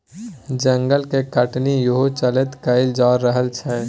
जंगल के कटनी इहो चलते कएल जा रहल छै